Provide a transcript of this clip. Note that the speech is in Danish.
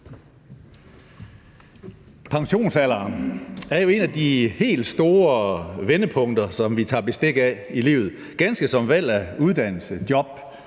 Pensionsalderen er jo et af de helt store vendepunkter, som vi tager bestik af i livet. Ganske som valg af uddannelse, job